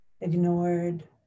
ignored